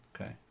okay